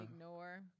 ignore